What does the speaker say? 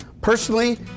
Personally